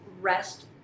rest